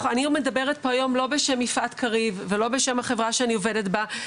אני מדברת פה היום לא בשם יפעת קריב ולא בשם החברה שאני עובדת בה,